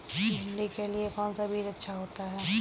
भिंडी के लिए कौन सा बीज अच्छा होता है?